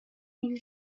you